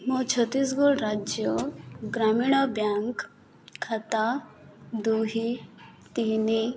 ମୋ ଛତିଶଗଡ଼ ରାଜ୍ୟ ଗ୍ରାମୀଣ ବ୍ୟାଙ୍କ୍ ଖାତା ଦୁଇ ତିନି